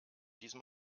diesem